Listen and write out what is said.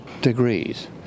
degrees